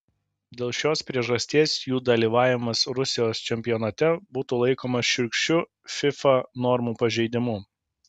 dėl šios priežasties jų dalyvavimas rusijos čempionate būtų laikomas šiurkščiu fifa normų pažeidimu